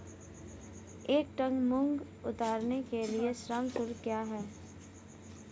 एक टन मूंग उतारने के लिए श्रम शुल्क क्या है?